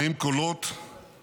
עודה יוצא מאולם המליאה.) היו"ר אמיר